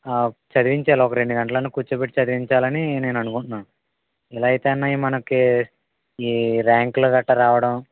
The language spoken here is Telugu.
చదివించాలి ఒక రెండు గంటలైనా కూర్చోపెట్టి చదివించాలని నేను అనుకుంటున్నాను ఇలా అయితే అయినా మనకి ఈ ర్యాంకులు గట్టా రావడం